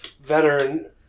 veteran